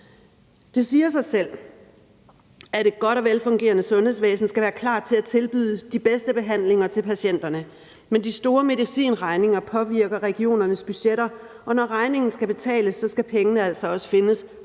Det siger sig selv, at et godt og velfungerende sundhedsvæsen skal være klar til at tilbyde de bedste behandlinger til patienterne. Men de store medicinregninger påvirker regionernes budgetter, og når regningen skal betales, skal pengene altså også findes